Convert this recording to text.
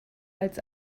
als